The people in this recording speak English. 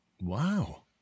Wow